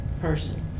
person